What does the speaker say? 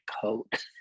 coat